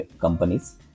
companies